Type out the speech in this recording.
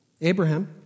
Abraham